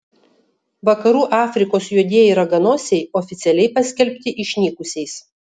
vakarų afrikos juodieji raganosiai oficialiai paskelbti išnykusiais